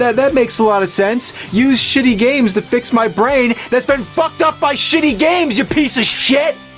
that that makes a lot of sense. use shitty games to fix my brain that's been fucked up by shitty games, you piece of shit!